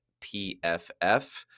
PFF